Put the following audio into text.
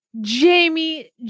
Jamie